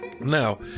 Now